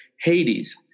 Hades